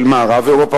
של מערב-אירופה,